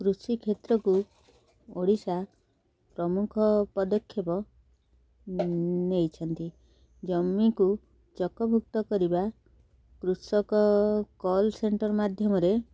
କୃଷିକ୍ଷେତ୍ରକୁ ଓଡ଼ିଶା ପ୍ରମୁଖ ପଦକ୍ଷେପ ନେଇଛନ୍ତି ଜମିକୁ ଚକଭୁକ୍ତ କରିବା କୃଷକ କଲ୍ ସେଣ୍ଟର୍ ମାଧ୍ୟମରେ